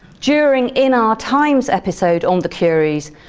during in our time's episode on the curies,